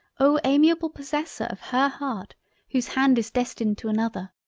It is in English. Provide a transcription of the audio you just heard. oh! amiable possessor of her heart whose hand is destined to another,